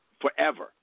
forever